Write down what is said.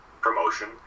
promotion